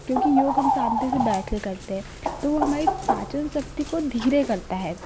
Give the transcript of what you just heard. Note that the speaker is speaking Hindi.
क्योंकि योग हम शांति से बैठ के करते हैं तो वो हमारी पाचन शक्ति को धीरे करता है